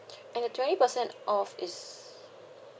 and the twenty percent off is